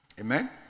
Amen